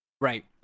Right